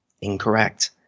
incorrect